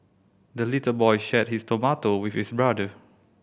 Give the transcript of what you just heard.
the little boy shared his tomato with his brother